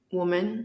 woman